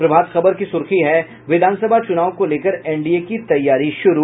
प्रभात खबर की सुर्खी है विधानसभा चुनाव को लेकर एनडीए की तैयारी शुरू